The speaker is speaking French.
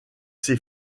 ses